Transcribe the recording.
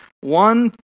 one